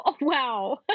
wow